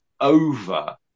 over